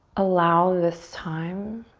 allow this time